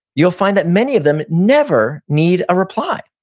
you'll find that many of them never need a reply.